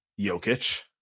Jokic